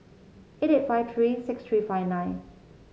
eight eight five three six three five nine